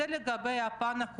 לזה אין פתאום כסף.